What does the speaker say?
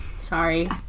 Sorry